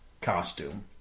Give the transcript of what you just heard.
costume